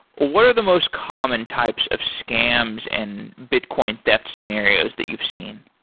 what are the most common types of scams and bitcoin thefts scenarios that you've seen?